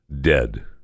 Dead